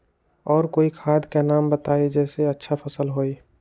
और कोइ खाद के नाम बताई जेसे अच्छा फसल होई?